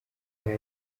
hari